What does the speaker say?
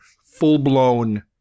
full-blown